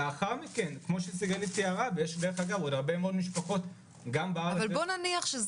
לאחר מכן --- אז נניח לרגע שהנושא של